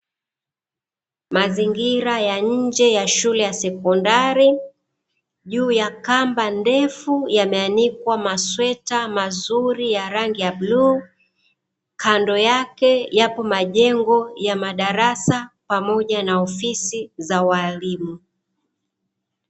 Mazingira ya nje ya shule ya sekondari, juu ya kamba ndefu yameanikwa masweta mazuri ya rangi ya bluu, kando yake yapo majengo ya madarasa pamoja na ofisi za walimu.